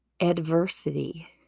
adversity